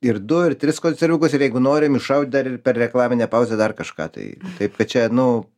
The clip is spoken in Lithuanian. ir du ir tris konserviukus ir jeigu norim iššaut dar ir per reklaminę pauzę dar kažką tai taip kad čia nu